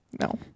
No